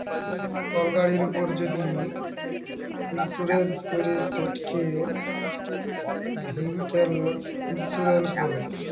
call গাড়ির উপর যদি ইলসুরেলস ক্যরে সেটকে ভেহিক্যাল ইলসুরেলস ব্যলে